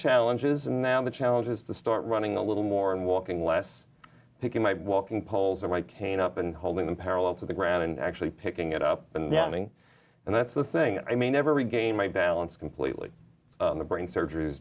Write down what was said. challenges and now the challenge is to start running a little more and walking less taking my walking poles or white cane up and holding them parallel to the ground and actually picking it up and napping and that's the thing i may never regain my balance completely in the brain surger